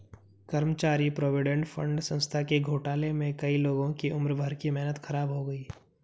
कर्मचारी provident fund संस्था के घोटाले में कई लोगों की उम्र भर की मेहनत ख़राब हो गयी